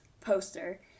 poster